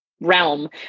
realm